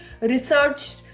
research-